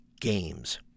games